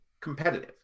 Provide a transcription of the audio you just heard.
competitive